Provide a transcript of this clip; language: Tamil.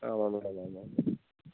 ஆமாம் மேடம் வாங்குகிறேன்